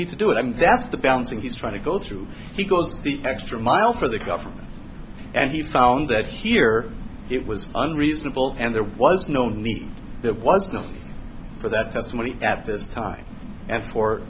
need to do it i mean that's the balancing he's trying to go through he goes the extra mile for the government and he found that here it was unreasonable and there was no need there was nothing for that testimony at this time and for